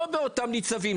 לא באותם ניצבים,